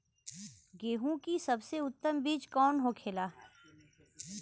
गेहूँ की सबसे उत्तम बीज कौन होखेला?